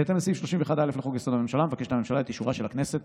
בהתאם לסעיף 31(א) לחוק-יסוד: הממשלה מבקשת הממשלה את אישורה של הכנסת